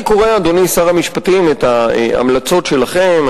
אני קורא, אדוני שר המשפטים, את ההמלצות שלכם.